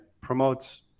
promotes